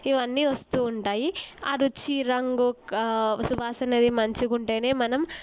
ఇవ్వన్నీ వస్తూ ఉంటాయి ఆ రుచి రంగు సువాసన అనేది మంచిగుంటేనే మనం